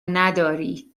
نداری